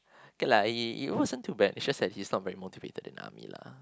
okay lah he he wasn't too bad it's just that he's not very motivated in army lah